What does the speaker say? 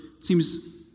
seems